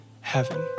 heaven